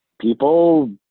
people